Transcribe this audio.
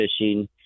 fishing